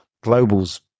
Global's